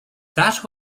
that